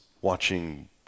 watching